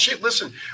listen